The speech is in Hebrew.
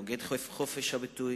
נוגד את חופש הביטוי,